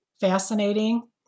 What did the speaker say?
fascinating